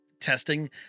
testing